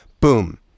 Boom